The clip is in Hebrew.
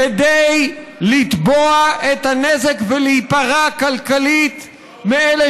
כדי לתבוע את הנזק ולהיפרע כלכלית מאלה